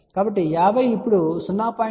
కాబట్టి 50 ఇప్పడు 0